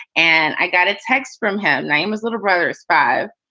and i got a text from him. name was little brother is five.